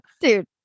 dude